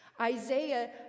Isaiah